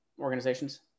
organizations